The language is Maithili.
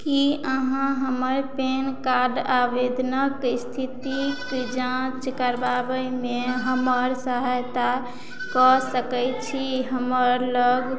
की अहाँ हमर पैन कार्ड आवेदनक स्थितिक जाँच करबाबैमे हमर सहायता कऽ सकैत छी हमर लग